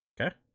Okay